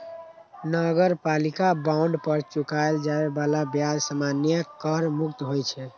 नगरपालिका बांड पर चुकाएल जाए बला ब्याज सामान्यतः कर मुक्त होइ छै